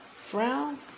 frown